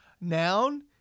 Noun